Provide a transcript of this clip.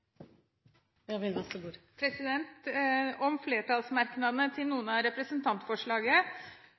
om flertallsmerknadene til noen av